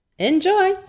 Enjoy